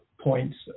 points